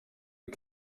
uko